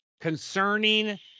concerning